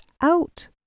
out